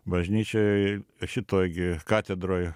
bažnyčioj šitoj gi katedroj